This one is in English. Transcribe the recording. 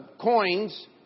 coins